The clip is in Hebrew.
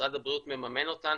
ומשרד הבריאות מממן אותן